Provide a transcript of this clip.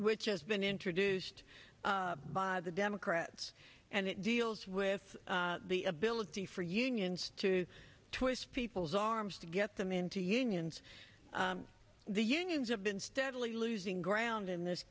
which has been introduced by the democrats and it deals with the ability for unions to twist people's arms to get them into unions the unions have been steadily losing ground in this